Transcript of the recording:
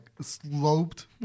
sloped